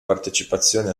partecipazione